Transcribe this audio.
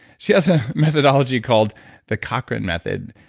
she has a methodology called the cochrane method,